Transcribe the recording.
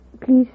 Please